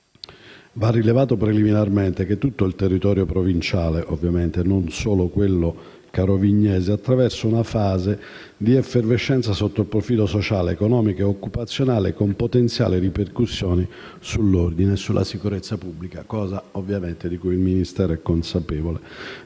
Va preliminarmente rilevato che tutto il territorio provinciale - non solo quello carovignese - attraversa una fase di effervescenza sotto il profilo sociale, economico e occupazionale con potenziali ripercussioni sull'ordine e sulla sicurezza pubblica, cosa di cui ovviamente il Ministero è consapevole.